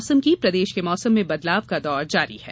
मौसम प्रदेश के मौसम में बदलाव का दौर जारी है